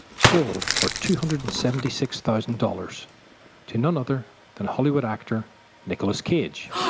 sold for two hundred and seventy six thousand dollars to none other than hollywood actor nicholas cage,